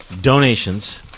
donations